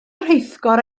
rheithgor